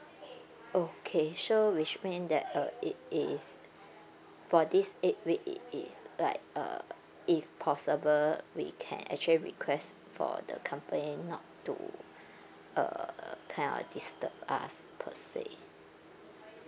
okay so which mean that uh it is for this eight week it is like uh if possible we can actually request for the company not to uh kind of disturb us per se